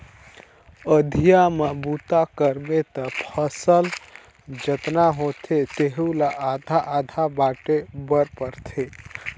अधिया म बूता करबे त फसल जतना होथे तेहू ला आधा आधा बांटे बर पड़थे